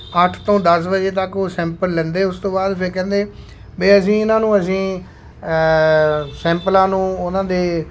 ਅੱਠ ਤੋਂ ਦਸ ਵਜੇ ਤੱਕ ਉਹ ਸੈਂਪਲ ਲੈਂਦੇ ਉਸ ਤੋਂ ਬਾਅਦ ਫਿਰ ਕਹਿੰਦੇ ਵੀ ਅਸੀਂ ਇਹਨਾਂ ਨੂੰ ਅਸੀਂ ਸੈਂਪਲਾਂ ਨੂੰ ਉਹਨਾਂ ਦੇ